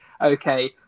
okay